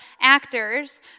actors